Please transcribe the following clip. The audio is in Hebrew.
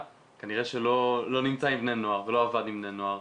כנראה שלא נמצא עם בני נוער ולא עבד עם בני נוער.